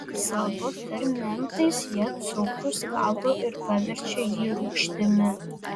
savo fermentais jie cukrų skaldo ir paverčia jį rūgštimi